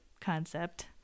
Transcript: concept